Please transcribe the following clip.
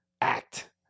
act